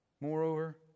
Moreover